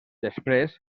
després